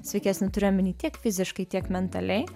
sveikesnį turiu omeny tiek fiziškai tiek mentaliai